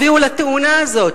הביאו לתאונה הזאת,